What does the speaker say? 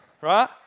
Right